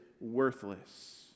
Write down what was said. worthless